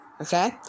Okay